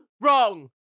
wrong